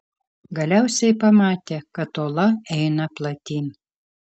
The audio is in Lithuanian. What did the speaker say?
galiausiai pamatė kad ola eina platyn